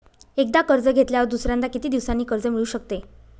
एकदा कर्ज घेतल्यावर दुसऱ्यांदा किती दिवसांनी कर्ज मिळू शकते?